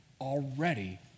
already